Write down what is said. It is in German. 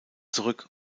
zurück